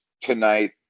tonight